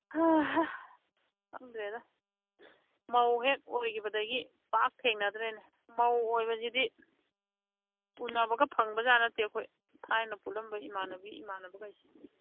ꯈꯪꯗ꯭ꯔꯦꯗ ꯃꯧ ꯍꯦꯛ ꯑꯣꯏꯈꯤꯕꯗꯒꯤ ꯄꯥꯛ ꯊꯦꯡꯅꯗ꯭ꯔꯦꯅꯦ ꯃꯧ ꯑꯣꯏꯕꯁꯤꯗꯤ ꯎꯅꯕꯒ ꯐꯪꯕ ꯖꯥꯠ ꯅꯠꯇꯦ ꯑꯩꯈꯣꯏ ꯊꯥꯏꯅ ꯄꯨꯜꯂꯝꯕ ꯏꯃꯥꯟꯅꯕꯤ ꯏꯃꯥꯟꯅꯕꯈꯩꯁꯦ